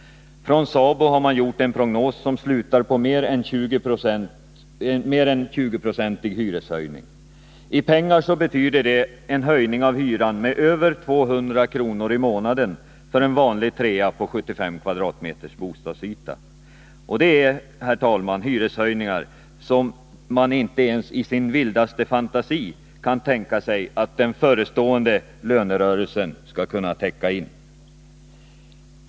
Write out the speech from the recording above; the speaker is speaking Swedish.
Från SABO har man gjort en prognos som slutar på en mer än 20-procentig hyreshöjning. I pengar betyder det en höjning av hyran med över 200 kr. i månaden för en vanlig trea med en bostadsyta på 75 kvadratmeter. Det är, herr talman, hyreshöjningar som man inte ens i sin vildaste fantasi kan tänka sig att den förestående lönerörelsen skall kunna täcka in.